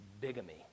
bigamy